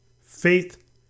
Faith